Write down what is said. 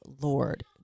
Lord